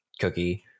cookie